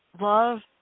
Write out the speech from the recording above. love